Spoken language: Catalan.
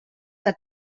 que